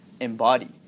embody